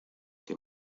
que